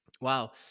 Wow